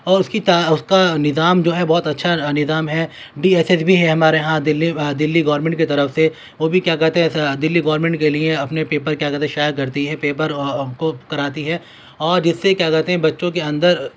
اور اس کا نظام جو ہے بہت اچھا نظام ہے ڈی ایس ایس بی ہے ہمارے یہاں دلی دلی گورنمنٹ کی طرف سے وہ بھی کیا کہتے ہیں دلی گورنمنٹ کے لیے اپنے پیپر کیا کہتے ہیں شائع کرتی ہے پیپر آپ کو کراتی ہے اور جس سے کیا کہتے ہیں بچوں کے اندر